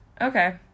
okay